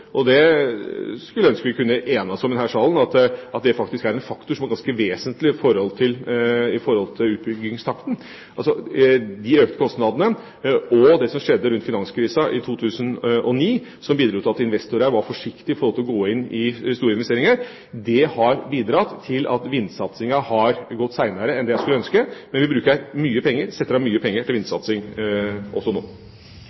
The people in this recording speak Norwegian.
i forhold til utbyggingstakten – og det skulle jeg ønske vi kunne enes om i denne salen – er en kombinasjon av de økte kostnadene og det som skjedde rundt finanskrisen i 2009. Det bidro til at investorer var forsiktige med å gå inn i store investeringer, og det har bidratt til at vindsatsinga har gått senere enn det jeg skulle ønske. Men vi bruker mye penger, setter av mye penger til